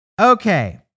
Okay